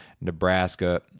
Nebraska